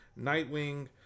Nightwing